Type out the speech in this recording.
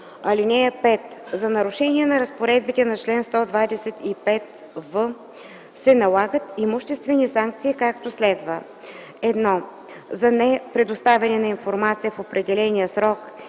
лв. (5) За нарушение на разпоредбите на чл. 125в се налагат имуществени санкции, както следва: 1. за непредоставяне на информация в определения срок